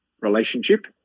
relationship